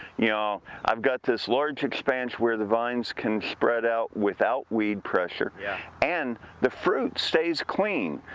you know, i've got this large expanse where the vines can spread out without weed pressure. yeah. and the fruit stays clean.